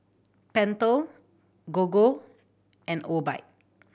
Pentel Gogo and Obike